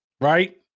Right